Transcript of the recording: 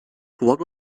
what